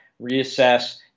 reassess